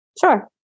Sure